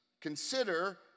Consider